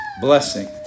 blessing